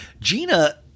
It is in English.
Gina